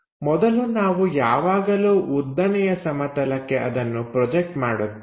ಮೊದಲು ನಾವು ಯಾವಾಗಲೂ ಉದ್ದನೆಯ ಸಮತಲಕ್ಕೆ ಅದನ್ನು ಪ್ರೊಜೆಕ್ಟ್ ಮಾಡುತ್ತೇವೆ